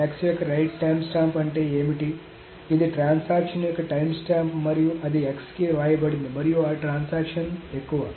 x యొక్క write timestamp అంటే ఏమిటి ఇది ట్రాన్సాక్షన్ యొక్క టైమ్స్టాంప్ మరియు అది x కి వ్రాయబడింది మరియు ఆ ట్రాన్సాక్షన్ ఎక్కువ